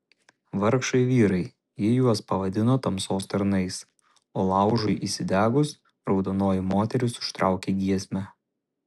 vargšai vyrai ji juos pavadino tamsos tarnais o laužui įsidegus raudonoji moteris užtraukė giesmę